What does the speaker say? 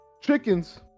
chickens